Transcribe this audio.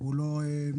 הוא לא נרדם,